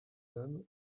dame